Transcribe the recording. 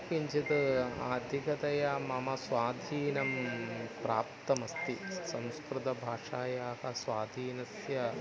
किञ्चित् अधिकतया मम स्वाधीनं प्राप्तमस्ति संस्कृतभाषायाः स्वाधीनस्य